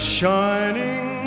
shining